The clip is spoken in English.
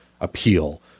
appeal